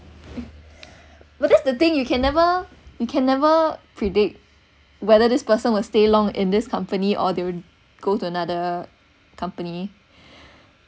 well that's the thing you can never you can never predict whether this person will stay long in this company or they would go to another company